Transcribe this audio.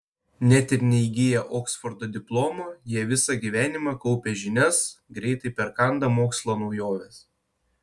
net ir neįgiję oksfordo diplomo jie visą gyvenimą kaupia žinias greitai perkanda mokslo naujoves